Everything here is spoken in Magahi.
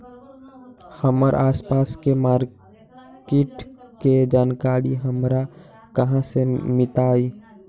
हमर आसपास के मार्किट के जानकारी हमरा कहाँ से मिताई?